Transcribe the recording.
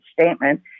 statement